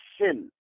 sin